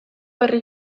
herri